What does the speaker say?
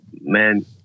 Man